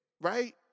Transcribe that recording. right